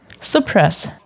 Suppress